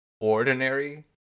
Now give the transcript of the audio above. ordinary